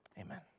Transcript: amen